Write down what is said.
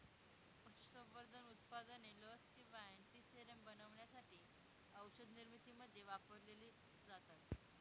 पशुसंवर्धन उत्पादने लस किंवा अँटीसेरम बनवण्यासाठी औषधनिर्मितीमध्ये वापरलेली जातात